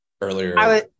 earlier